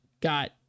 got